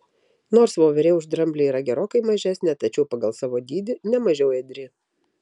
nors voverė už dramblį yra gerokai mažesnė tačiau pagal savo dydį ne mažiau ėdri